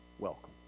welcome